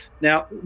Now